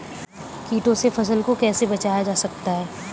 कीटों से फसल को कैसे बचाया जा सकता है?